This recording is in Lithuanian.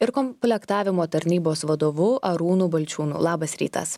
ir komplektavimo tarnybos vadovu arūnu balčiūnu labas rytas